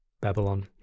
Babylon